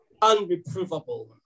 Unreprovable